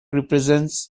represents